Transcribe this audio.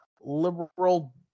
liberal